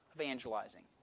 evangelizing